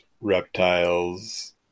reptiles